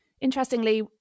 Interestingly